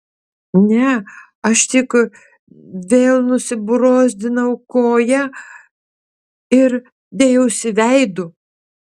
ne aš tik vėl nusibrozdinau koją ir dėjausi veidu